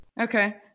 Okay